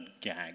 gag